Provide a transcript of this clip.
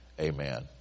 amen